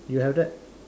you have that